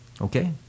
Okay